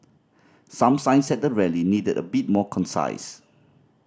some signs at the rally needed a bit more concise